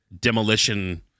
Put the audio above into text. demolition